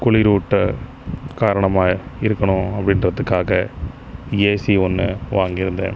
குளிரூட்ட காரணமாக இருக்கணும் அப்படின்றதுக்காக ஏசி ஒன்று வாங்கியிருந்தேன்